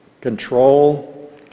control